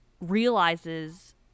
realizes